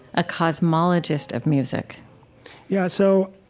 a cosmologist of music yeah, so,